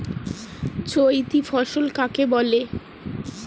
চৈতি ফসল কাকে বলে?